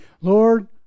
Lord